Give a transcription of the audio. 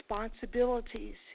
responsibilities